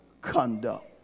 conduct